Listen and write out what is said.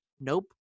Nope